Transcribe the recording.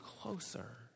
closer